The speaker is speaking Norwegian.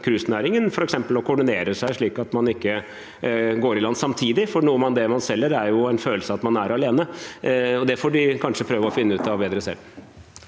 cruisenæringen, å koordinere seg, slik at alle ikke går i land samtidig, for noe av det man selger, er jo en følelse av at man er alene. Det får de kanskje prøve å finne ut av bedre selv.